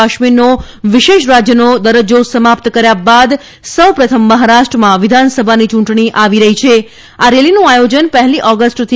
કાશ્મીરનો વિશેષ રાજ્યનો દરજ્જા સમાપ્ત કર્યા બાદ સૌપ્રથમ મહારાષ્ટ્રમાં વિધાનસભાની ચૂંટણી આવી આ રેલીનું આથોજન પહેલી ઓગષ્ટથી